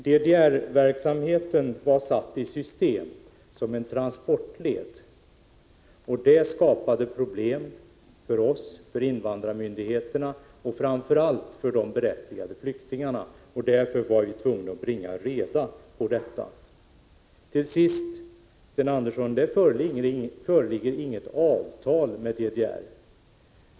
DDR-verksamheten var satt i system som en transportled, och det skapade problem för oss, för invandrarmyndigheterna och framför allt för de berättigade flyktingarna. Därför var vi tvungna att bringa reda i detta. Till sist, Sten Andersson: Det föreligger inget avtal med DDR.